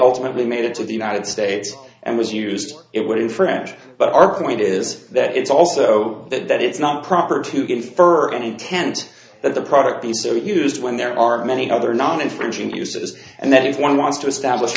ultimately made it to the united states and was used it would infringe but our point is that it's also that it's not proper to confer an intent that the product be so used when there are many other non infringing uses and that if one wants to establish